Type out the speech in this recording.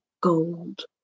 gold